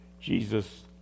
Jesus